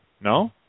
No